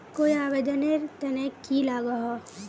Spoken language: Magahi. कोई आवेदन नेर तने की लागोहो?